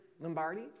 Lombardi